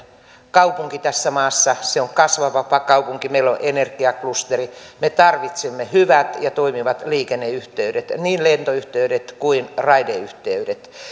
kaupunki tässä maassa se on kasvava kaupunki meillä on energiaklusteri me tarvitsemme hyvät ja toimivat liikenneyhteydet niin lentoyhteydet kuin raideyhteydet